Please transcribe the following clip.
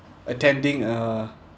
attending a